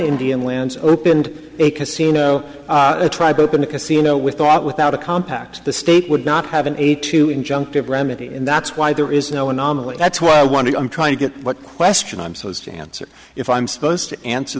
indian lands opened a casino the tribe opened a casino with thought without a compact the state would not have an eighty two injunctive remedy and that's why there is no anomaly that's why i want to i'm trying to get what question i'm supposed to answer if i'm supposed to answer